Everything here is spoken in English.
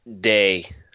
day